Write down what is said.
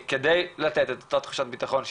כדי לתת את אותה תחושת בטחון,